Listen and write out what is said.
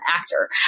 actor